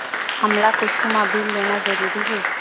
हमला कुछु मा बिल लेना जरूरी हे?